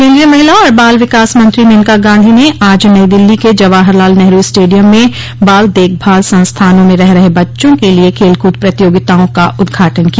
केन्द्रीय महिला और बाल विकास मंत्री मेनका गांधी ने आज नई दिल्ली के जवाहरलाल नेहरू स्टेडियम में बाल देखभाल संस्थानों में रह रहे बच्चों के लिए खेल कूद प्रतियोगिताओं का उद्घाटन किया